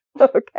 Okay